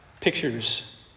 pictures